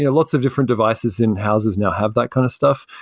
yeah lots of different devices in houses now have that kind of stuff.